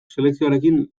selekzioarekin